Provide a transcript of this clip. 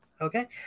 Okay